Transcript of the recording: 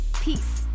Peace